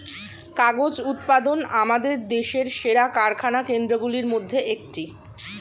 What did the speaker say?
কাগজ উৎপাদন আমাদের দেশের সেরা কারখানা কেন্দ্রগুলির মধ্যে একটি